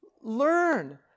learn